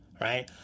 Right